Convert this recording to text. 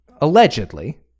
allegedly